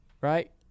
right